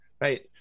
right